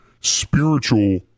spiritual